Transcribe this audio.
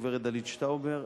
הגברת דלית שטאובר,